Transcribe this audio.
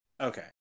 okay